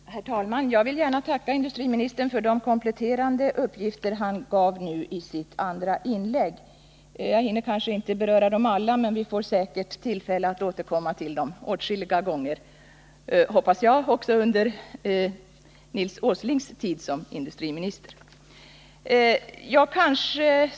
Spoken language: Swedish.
Herr talman! Jag vill gärna tacka industriministern för de kompletterande uppgifter som han lämnade i sitt andra inlägg. Jag hinner kanske inte beröra alla, men vi får säkert tillfälle att återkomma till dem åtskilliga gånger också under Nils Åslings tid som industriminister, hoppas jag.